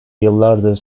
yıllardır